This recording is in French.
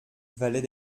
valait